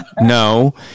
no